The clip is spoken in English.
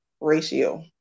ratio